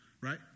Right